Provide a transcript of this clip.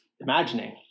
imagining